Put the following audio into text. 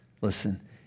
Listen